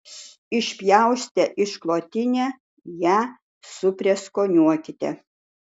išpjaustę išklotinę ją suprieskoniuokite